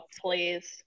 Please